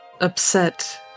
upset